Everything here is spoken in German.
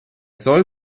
soll